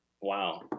Wow